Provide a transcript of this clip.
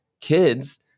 kids